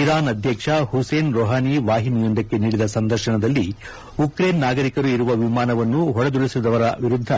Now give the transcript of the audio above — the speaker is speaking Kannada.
ಇರಾನ್ ಅಧ್ಯಕ್ಷ ಹುಸೇನ್ ರೋಹಾನಿ ವಾಹಿನಿಯೊಂದಕ್ಕೆ ನೀಡಿದ ಸಂದರ್ಶನದಲ್ಲಿ ಉಕ್ರೇನ್ ನಾಗರಿಕರು ಇರುವ ವಿಮಾನವನ್ನು ಹೊಡೆದುರುಳಿಸಿರುವವರ ವಿರುದ್ದ